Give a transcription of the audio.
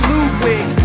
Ludwig